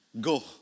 Go